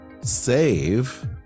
save